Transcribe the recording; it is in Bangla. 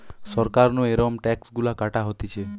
সরকার নু এরম ট্যাক্স গুলা কাটা হতিছে